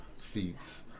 feats